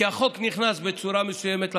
כי החוק נכנס בצורה מסוימת לוועדה,